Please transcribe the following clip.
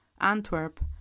Antwerp